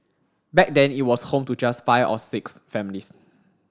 back then it was home to just five or six families